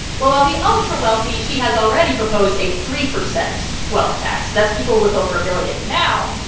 well, on the ultra wealthy, she has already proposed a three percent wealth tax that's people with over a billion now.